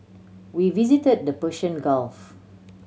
we visit the Persian Gulf